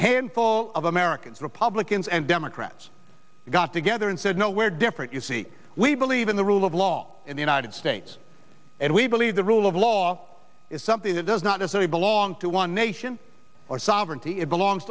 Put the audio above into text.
handful of americans republicans and democrats got together and said no we're different you see we believe in the rule of law in the united states and we believe the rule of law is something that does not as a belong to one nation or sovereignty it belongs